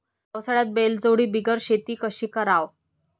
पावसाळ्यात बैलजोडी बिगर शेती कशी कराव?